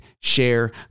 share